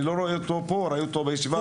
אני לא רואה אותו פה; ראיתי אותו בישיבה